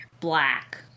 black